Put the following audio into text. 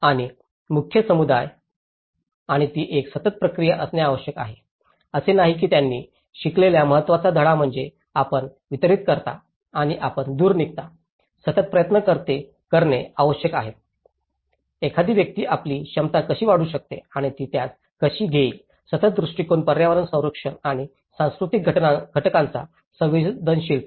आणि समुदाय आणि ती एक सतत प्रक्रिया असणे आवश्यक आहे असे नाही की त्यांनी शिकलेला महत्त्वाचा धडा म्हणजे आपण वितरित करता आणि आपण दूर निघता सतत प्रयत्न करणे आवश्यक आहे एखादी व्यक्ती आपली क्षमता कशी वाढवू शकते आणि ती त्यास कशी घेईल सतत दृष्टीकोन पर्यावरण संरक्षण आणि सांस्कृतिक घटकांची संवेदनशीलता